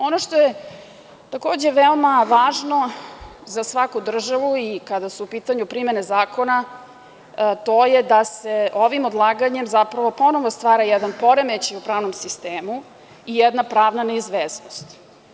Ono što je takođe veoma važno za svaku državu i kada su u pitanju primene zakona, to je da se ovim odlaganjem zapravo ponovo stvara jedan poremećaj u pravnom sistemu i jedna pravna neizvesnost.